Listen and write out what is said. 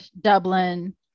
Dublin